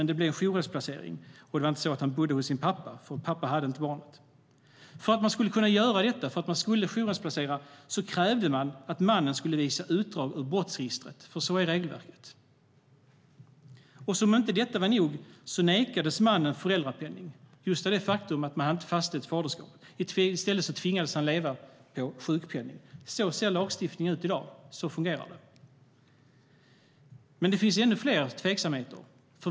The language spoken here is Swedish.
Det var inte så att han bodde hos sin pappa, för någon pappa hade inte barnet. För att man skulle kunna jourhemsplacera honom krävde man att mannen skulle visa utdrag ur brottsregistret. Sådant är regelverket. Och som om detta inte var nog nekades mannen föräldrapenning på grund av det faktum att man inte hade fastställt faderskapet. I stället tvingades han leva på sjukpenning. Så ser lagstiftningen ut i dag. Så fungerar det. Men det finns ännu fler tveksamheter.